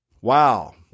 Wow